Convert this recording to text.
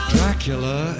Dracula